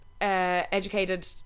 educated